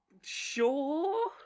Sure